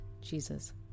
Jesus